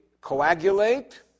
coagulate